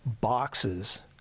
boxes